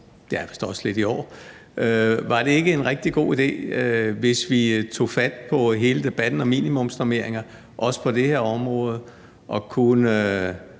år, ja, vist også lidt i år, og var det ikke en rigtig god idé, hvis vi tog fat på hele debatten om minimumsnormeringer, også på det her område, og kunne